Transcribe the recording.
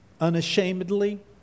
unashamedly